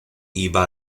iba